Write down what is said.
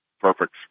Perfect